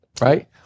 right